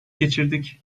geçirdik